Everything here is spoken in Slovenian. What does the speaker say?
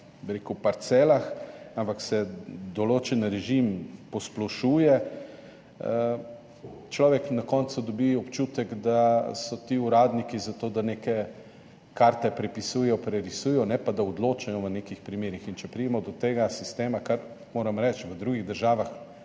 mej na parcelah, ampak se določen režim posplošuje, človek na koncu dobi občutek, da so ti uradniki zato, da neke karte prepisujejo, prerisujejo, ne pa da odločajo v nekih primerih. Če pridemo do tega sistema, kar moram reči v drugih državah